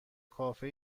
کافه